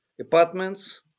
apartments